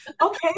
okay